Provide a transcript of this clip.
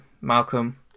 Malcolm